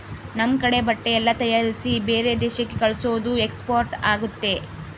ನಮ್ ಕಡೆ ಬಟ್ಟೆ ಎಲ್ಲ ತಯಾರಿಸಿ ಬೇರೆ ದೇಶಕ್ಕೆ ಕಲ್ಸೋದು ಎಕ್ಸ್ಪೋರ್ಟ್ ಆಗುತ್ತೆ